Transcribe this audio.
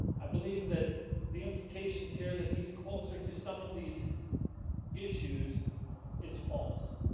i believe that the implications here that he's closer to some of these issues is false